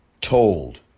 told